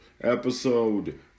episode